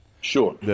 Sure